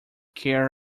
care